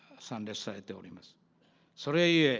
santa say taurima's sorry